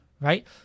right